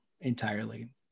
entirely